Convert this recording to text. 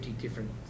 different